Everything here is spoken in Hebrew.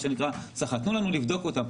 תנו לנו לבדוק אותם,